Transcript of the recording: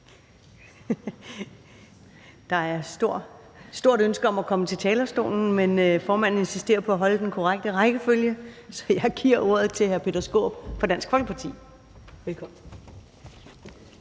er et stort ønske om at komme til talerstolen, men formanden insisterer på at holde fast i den korrekte rækkefølge. Så jeg giver ordet til hr. Peter Skaarup fra Dansk Folkeparti. Velkommen.